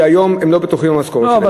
והיום הם לא בטוחים במשכורת שלהם.